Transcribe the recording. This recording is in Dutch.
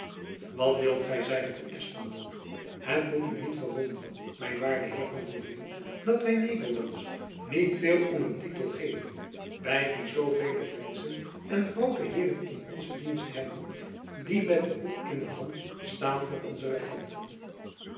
wat wilt gy zeide van espenblad het moet u niet verwonderen mijn waarde heer de gourville dat wy nederlanders niet veel om een tytel geven wy die zoovele prinsen en groote heeren in onze dienst hebben die met den hoed in de hand staan voor onze regenten